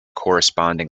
corresponding